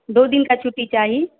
दू दिनका छुट्टी चाही